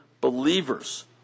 believers